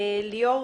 ליאור